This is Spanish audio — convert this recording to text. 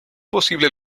posible